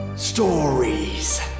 Stories